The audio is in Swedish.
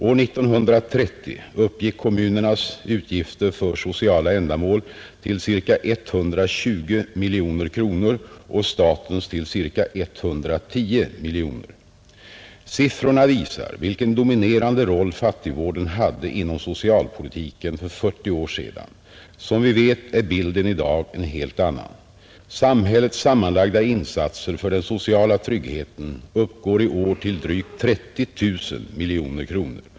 År 1930 uppgick kommunernas utgifter för sociala ändamål till ca 120 miljoner kronor och statens till ca 110 miljoner. Siffrorna visar vilken dominerande roll fattigvården hade inom socialpolitiken för 40 år sedan. Som vi vet är bilden i dag en helt annan. Samhällets sammanlagda insatser för den sociala tryggheten uppgår i år till drygt 30 000 miljoner kronor.